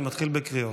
אני מתחיל בקריאות.